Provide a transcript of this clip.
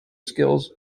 skills